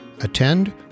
attend